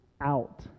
out